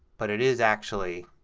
but it is actually,